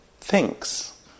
thinks